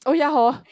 oh ya hor